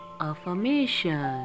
affirmation